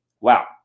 Wow